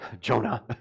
Jonah